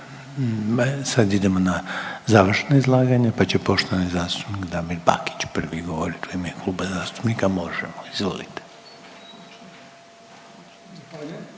sad idemo na završno izlaganje pa će poštovani zastupnik Damir Bakić prvi govoriti u ime Kluba zastupnika MOŽEMO. Izvolite.